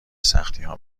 سختیها